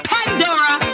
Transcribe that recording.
Pandora